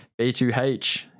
b2h